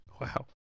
Wow